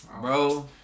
Bro